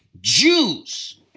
Jews